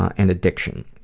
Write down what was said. and addiction.